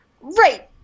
Right